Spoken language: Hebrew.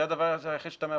זה הדבר היחיד שאתה מאפשר.